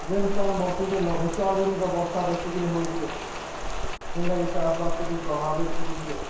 ଯେନ୍ ପାଏନ୍ ବର୍ଷୁଛେ ଲଘୁଚାପ୍ ଜନିତ ବର୍ଷା ବେଶିକରି ହଉଚେ ଯେନ୍ଟାକି ଚାଷ୍ବାସ୍କେ ଟିକେ ପ୍ରଭାବିତ୍ କରୁଚେ